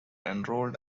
enrolled